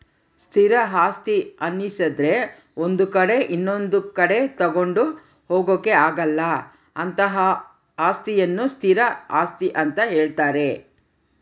ಸ್ಥಿರ ಆಸ್ತಿ ಅನ್ನಿಸದ್ರೆ ಒಂದು ಕಡೆ ಇನೊಂದು ಕಡೆ ತಗೊಂಡು ಹೋಗೋಕೆ ಆಗಲ್ಲ ಅಂತಹ ಅಸ್ತಿಯನ್ನು ಸ್ಥಿರ ಆಸ್ತಿ ಅಂತ ಹೇಳ್ತಾರೆ